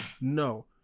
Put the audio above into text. No